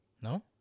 No